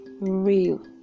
real